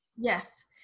Yes